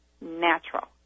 natural